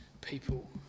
people